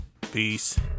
Peace